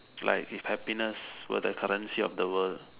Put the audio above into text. like if happiness were the currency of the world